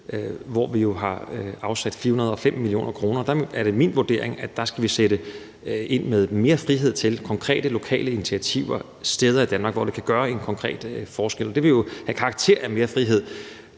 hvor vi jo har afsat 405 mio. kr. Der er det min vurdering, at vi skal sætte ind med mere frihed til konkrete lokale initiativer steder i Danmark, hvor det kan gøre en konkret forskel. Det vil jo have karakter af mere frihed,